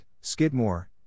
Skidmore